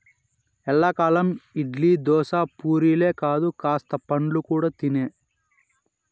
ఎల్లకాలం ఇడ్లీ, దోశ, పూరీలే కాదు కాస్త పండ్లు కూడా తినే